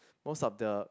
most of the